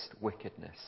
wickedness